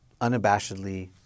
unabashedly –